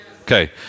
Okay